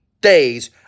days